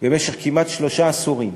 במשך כמעט שלושה עשורים,